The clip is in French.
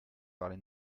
parler